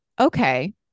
Okay